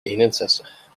eenenzestig